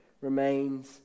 remains